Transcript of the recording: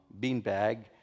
beanbag